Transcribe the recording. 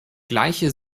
gleiche